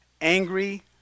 Angry